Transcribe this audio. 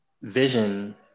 vision